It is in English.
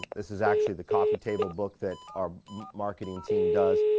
this is actually the coffee table book that our marketing team does,